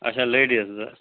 اَچھا لٮ۪ڈیٖز زٕ